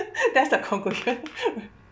that's the conclusion